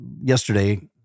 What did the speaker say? yesterday